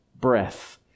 breath